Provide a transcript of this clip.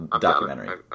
documentary